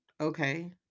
okay